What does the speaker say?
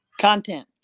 Content